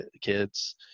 kids